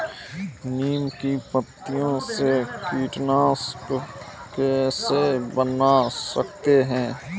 नीम की पत्तियों से कीटनाशक कैसे बना सकते हैं?